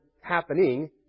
happening